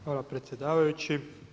Hvala predsjedavajući.